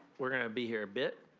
we're gonna be here a bit